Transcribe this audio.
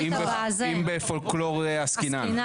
איך אומרים מפטירין דאשתקד,